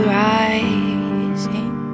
rising